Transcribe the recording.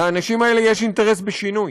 לאנשים האלה יש אינטרס בשינוי.